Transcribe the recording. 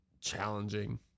challenging